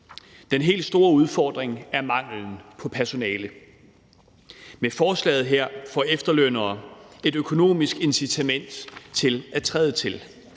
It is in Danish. Den helt store udfordring er manglen på personale. Med forslaget her får efterlønnere et økonomisk incitament til at træde til.